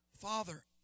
Father